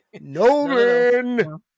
Nolan